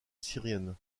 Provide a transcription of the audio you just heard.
syrienne